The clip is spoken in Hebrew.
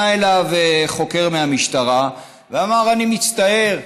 אליו חוקר מהמשטרה ואמר: אני מצטער,